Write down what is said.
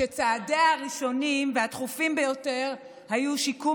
שצעדיה הראשונים והדחופים ביותר היו שיקום